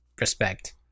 respect